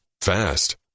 fast